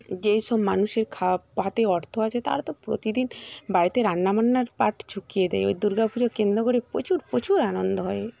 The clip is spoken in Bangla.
যেই সব মানুষের পাতে অর্থ আছে তারা তো প্রতিদিন বাড়িতে রান্নাবান্নার পাট চুকিয়ে দেয় ওই দুর্গা পুজো কেন্দ্র করে প্রচুর প্রচুর আনন্দ হয়